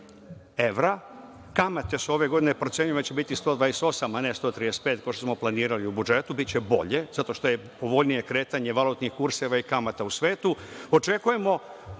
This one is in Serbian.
evra, kamate su ove godine procenjivane da će biti 128, a ne 135, kao što smo planirali u budžetu. Biće bolje zato što je povoljnije kretanje valutnih kurseva i kamata u svetu.